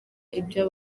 ibya